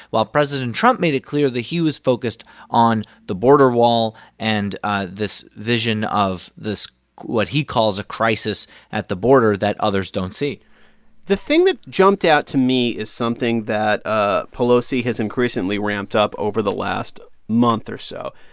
while president trump made it clear that he was focused on the border wall and ah this vision of this what he calls a crisis at the border that others don't see the thing that jumped out to me is something that ah pelosi has increasingly ramped up over the last month or so.